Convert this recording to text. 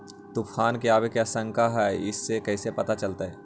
तुफान के आबे के आशंका है इस कैसे पता चलतै?